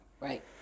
right